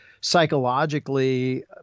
psychologically